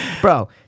bro